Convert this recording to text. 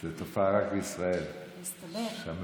זאת תופעה שיש רק בישראל, שהממשלה,